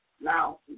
Now